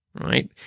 right